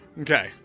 Okay